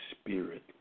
spirit